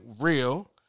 real